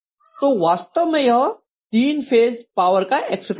तो वास्तव में यह तीन फेज पावर का एक्सप्रेशन है